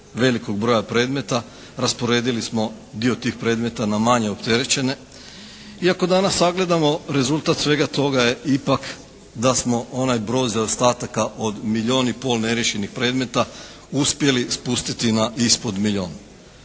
velikog broja predmeta, rasporedili smo dio tih predmeta na manje opterećene. I ako danas sagledamo rezultat svega toga je ipak da smo onaj broj zaostataka od milijun i pol neriješenih predmeta uspjeli spustiti na ispod milijun.